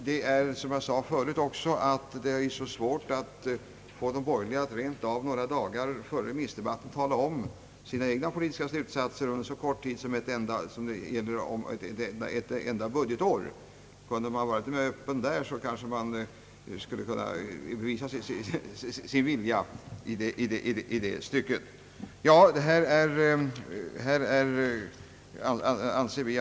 Det är, som jag även sade förut, så svårt att få de borgerliga att ens några dagar före remissdebatten tala om sina egna politiska slutsatser under så kort tid som ett enda budgetår. Kunde man där vara mera öppen vore mycket vunnet. Vi anser alltså att vi bör ha nytta av en väl utbyggd prognosverksamhet och att låta de organ som redan är inkopplade på detta utveckla sin verksamhet vidare. Det tror jag är den bästa vägen.